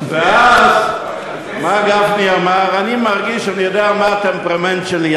ואז מר גפני אמר: אני מרגיש שאני יודע מה הטמפרמנט שלי.